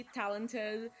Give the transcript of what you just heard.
talented